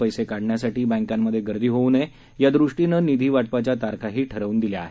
पैसे काढण्यासाठी बँकांमधे गर्दी होऊ नये या दृष्टीने निधी वाटपाच्या तारखाही ठरवून दिल्या आहेत